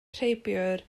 rheibiwr